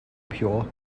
pure